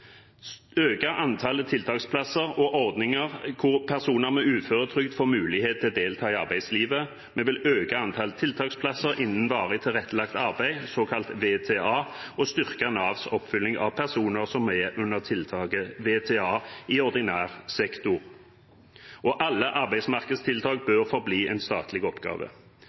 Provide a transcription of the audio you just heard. øke antallet tiltaksplasser og ordninger hvor personer med uføretrygd får mulighet til å delta i arbeidslivet. Vi vil øke antall tiltaksplasser innen varig tilrettelagt arbeid, såkalt VTA, og styrke Navs oppfølging av personer som er under tiltaket VTA i ordinær sektor. Alle arbeidsmarkedstiltak bør forbli en statlig oppgave.